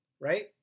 Right